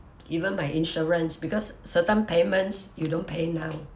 even my insurance because certain payments you don't pay now